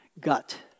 gut